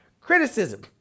Criticism